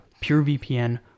PureVPN